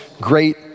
great